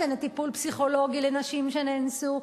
המדינה לא נותנת טיפול פסיכולוגי לנשים שנאנסו,